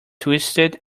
twisted